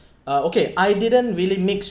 ah okay I didn't really mix